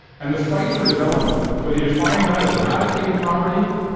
and the fight for development, whether you define that as eradicating poverty,